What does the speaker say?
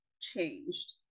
changed